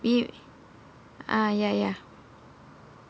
you ah ya ya